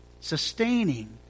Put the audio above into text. sustaining